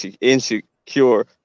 insecure